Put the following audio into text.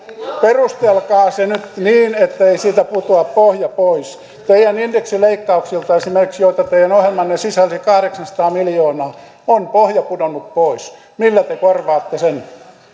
perustelkaa se nyt niin ettei siitä putoa pohja pois esimerkiksi teidän indeksileikkauksiltanne joita teidän ohjelmanne sisälsi kahdeksansataa miljoonaa on pohja pudonnut pois millä te korvaatte